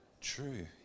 True